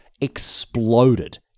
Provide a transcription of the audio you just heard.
exploded